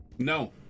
No